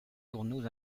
journaux